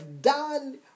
done